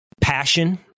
passion